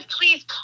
Please